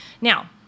Now